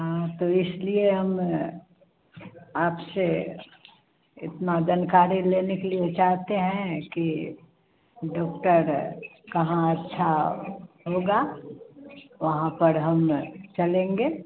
हाँ तो इसलिए हम आपसे इतना जानकारी लेने के लिए चाहते हैं कि डॉक्टर कहाँ अच्छा होगा वहाँ पर हम चलेंगे